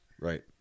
Right